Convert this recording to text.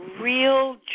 real